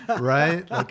right